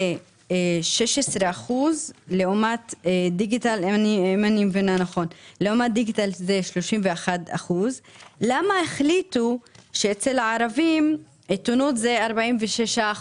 16% לעומת דיגיטל 31%. למה החליטו שאצל הערבים עיתונות זה 46%?